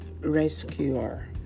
rescuer